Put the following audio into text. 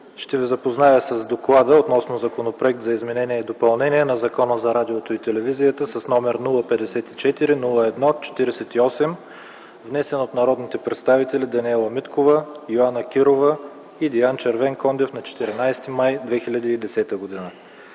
Ще ви запозная с „ДОКЛАД относно Законопроект за изменение и допълнение на Закона за радиото и телевизията, № 054-01-48, внесен от народните представители Даниела Миткова, Йоана Кирова и Диан Червенкондев на 14 май 2010 г.